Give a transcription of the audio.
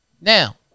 Now